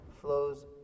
flows